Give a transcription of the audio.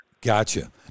Gotcha